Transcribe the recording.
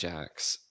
Jack's